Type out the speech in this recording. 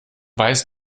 weißt